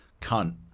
...cunt